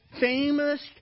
famous